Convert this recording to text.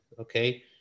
Okay